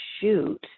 shoot